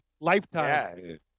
Lifetime